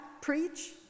preach